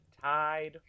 Tide